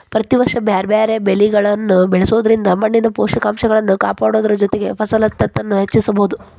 ಪ್ರತಿ ವರ್ಷ ಬ್ಯಾರ್ಬ್ಯಾರೇ ಬೇಲಿಗಳನ್ನ ಬೆಳಿಯೋದ್ರಿಂದ ಮಣ್ಣಿನ ಪೋಷಕಂಶಗಳನ್ನ ಕಾಪಾಡೋದರ ಜೊತೆಗೆ ಫಲವತ್ತತೆನು ಹೆಚ್ಚಿಸಬೋದು